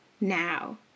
now